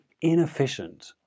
inefficient